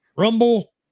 Rumble